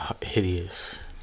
hideous